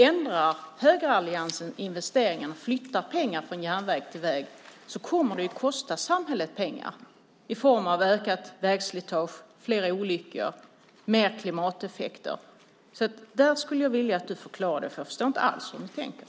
Ändrar högeralliansen investeringen och flyttar pengar från järnväg till väg så kommer det att kosta samhället pengar i form av ökat vägslitage, fler olyckor och mer klimateffekter. Jag skulle vilja att du förklarar detta eftersom jag inte alls förstår hur ni tänker.